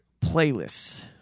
Playlists